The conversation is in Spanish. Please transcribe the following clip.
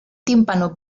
tímpano